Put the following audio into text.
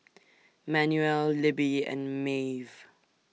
Manuel Libbie and Maeve